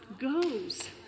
goes